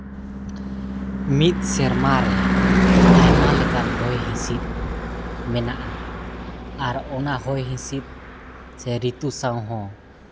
ᱢᱤᱫ ᱥᱮᱨᱢᱟ ᱨᱮ ᱟᱭᱢᱟ ᱞᱮᱠᱟᱱ ᱦᱚᱭ ᱦᱤᱸᱥᱤᱫ ᱢᱮᱱᱟᱜᱼᱟ ᱟᱨ ᱚᱱᱟ ᱦᱚᱭ ᱦᱤᱸᱥᱤᱫ ᱥᱮ ᱨᱤᱛᱩ ᱥᱟᱶ ᱦᱚᱸ